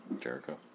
Jericho